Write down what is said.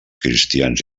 cristians